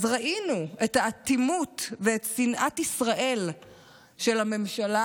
ראינו את האטימות ואת שנאת ישראל של הממשלה